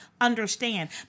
understand